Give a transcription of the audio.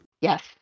Yes